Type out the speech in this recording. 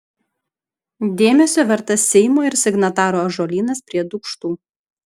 dėmesio vertas seimo ir signatarų ąžuolynas prie dūkštų